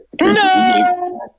No